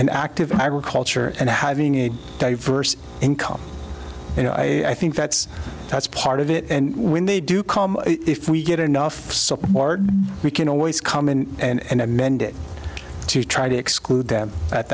and active agriculture and having a diverse income you know i i think that's that's part of it and when they do come if we get enough support we can always come in and amend it to try to exclude them at